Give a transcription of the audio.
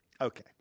Okay